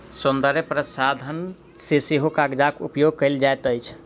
सौन्दर्य प्रसाधन मे सेहो कागजक उपयोग कएल जाइत अछि